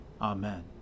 Amen